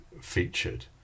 featured